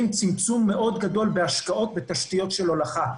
צמצום מאוד גדול בהשקעות בתשתיות של הולכה.